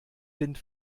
wind